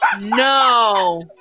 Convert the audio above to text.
No